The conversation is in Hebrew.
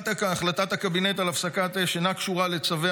החלטת הקבינט על הפסקת אש אינה קשורה לצווי